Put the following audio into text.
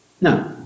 No